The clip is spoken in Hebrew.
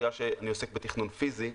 בגלל שאני עוסק בתכנון פיזי,